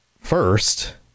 first